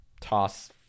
toss